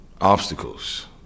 obstacles